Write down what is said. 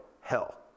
hell